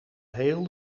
heel